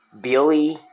billy